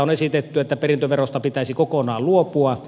on esitetty että perintöverosta pitäisi kokonaan luopua